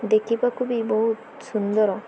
ଦେଖିବାକୁ ବି ବହୁତ ସୁନ୍ଦର